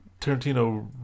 Tarantino